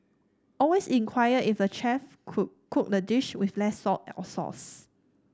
always inquire if the chef cook cook the dish with less salt or sauce